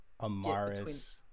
Amaris